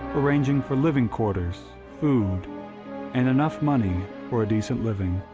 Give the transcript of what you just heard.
arranging for living quarters, food and enough money for a decent living,